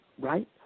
right